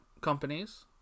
companies